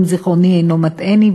אם זיכרוני אינו מטעני,